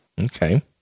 Okay